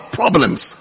problems